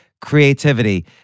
creativity